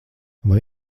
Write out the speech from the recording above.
vai